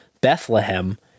Bethlehem